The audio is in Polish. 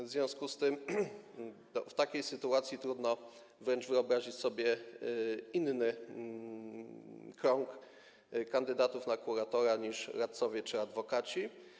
W związku z tym w takiej sytuacji trudno wręcz wyobrazić sobie inny krąg kandydatów na kuratora niż radcowie czy adwokaci.